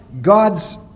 God's